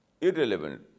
irrelevant